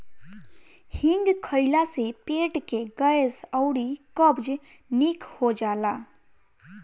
हिंग खइला से पेट के गैस अउरी कब्ज निक हो जाला